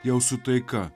jau su taika